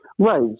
Right